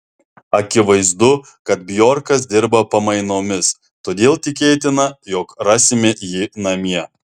akivaizdu kad bjorkas dirba pamainomis todėl tikėtina jog rasime jį namie